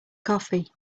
coffee